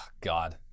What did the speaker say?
God